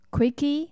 Quickie